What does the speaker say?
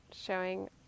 showing